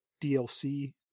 DLC